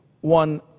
one